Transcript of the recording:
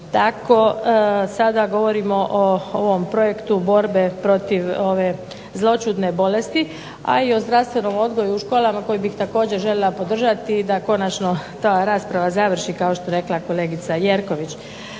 tako sada govorimo o ovom projektu borbe protiv ove zloćudne bolesti, a i o zdravstvenom odgoju u školama koje bih također željela podržati da konačno ta rasprava završi kao što je rekla kolegica Jerković.